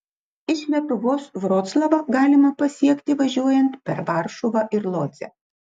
iš lietuvos vroclavą galima pasiekti važiuojant per varšuvą ir lodzę